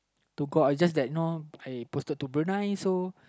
to go out is just that you know I posted to Brunei so